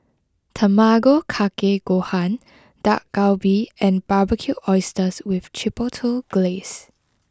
Tamago kake gohan Dak Galbi and Barbecued Oysters with Chipotle Glaze